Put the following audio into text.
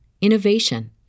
innovation